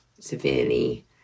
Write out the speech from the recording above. severely